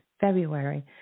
February